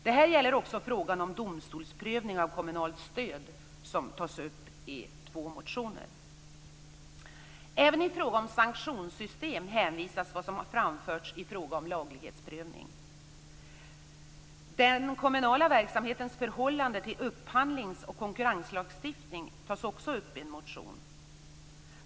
Detta gäller också frågan om domstolsprövning av kommunalt stöd, som tas upp i två motioner. Även i fråga om sanktionssystem hänvisas till vad som har framförts i fråga om laglighetsprövning. Den kommunala verksamhetens förhållande till upphandlings och konkurrenslagstiftning tas också upp i en motion.